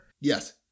Yes